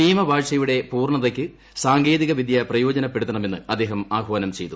നിയമവാഴ്ചയുടെ പൂർണതയ്ക്ക് സാങ്കേതികവിദ്യ പ്രയോജനപ്പെടുത്തണമെന്ന് അദ്ദേഹം ആഹ്വാനം ചെയ്തു